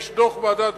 יש דוח ועדת-גולדברג,